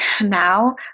now